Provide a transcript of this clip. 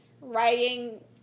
Writing